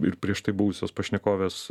ir prieš tai buvusios pašnekovės